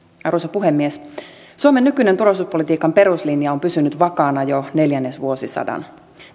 arvoisa puhemies suomen nykyinen turvallisuuspolitiikan peruslinja on pysynyt vakaana jo neljännesvuosisadan